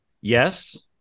yes